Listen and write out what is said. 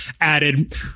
added